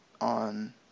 on